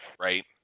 Right